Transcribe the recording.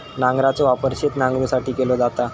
नांगराचो वापर शेत नांगरुसाठी केलो जाता